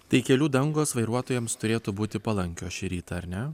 tai kelių dangos vairuotojams turėtų būti palankios šį rytą ar ne